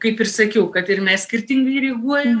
kaip ir sakiau kad ir mes skirtingai reaguoja